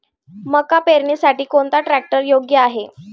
मका पेरणीसाठी कोणता ट्रॅक्टर योग्य आहे?